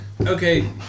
okay